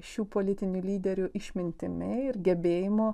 šių politinių lyderių išmintimi ir gebėjimu